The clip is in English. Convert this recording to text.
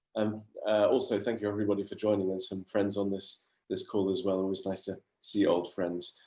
also thank you, everybody, for joining and some friends on this this call as well. it was nice to see old friends,